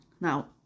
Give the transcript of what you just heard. now